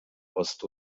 ost